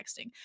texting